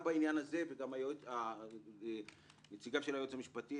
גם נציגת היועץ המשפטי